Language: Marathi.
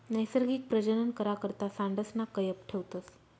नैसर्गिक प्रजनन करा करता सांडसना कयप ठेवतस